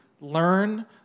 learn